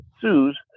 sues